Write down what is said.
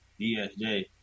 DSJ